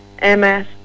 MS